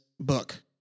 book